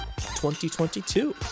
2022